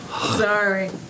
Sorry